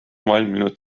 valminud